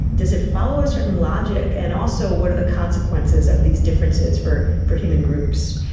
does it follow a certain logic, and also what are the consequences of these differences for for human groups?